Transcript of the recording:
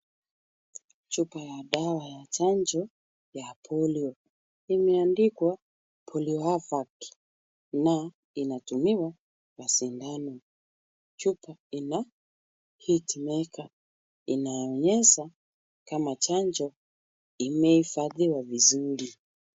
Chupa ya dawa ya chanjo ya polio. Imeandikwa Poliovac na inatumiwa na sindano. Chupa ina heatmaker inaonyesha kama chanjo imehifadhiwa vizuri.